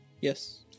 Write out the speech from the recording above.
Yes